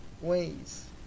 ways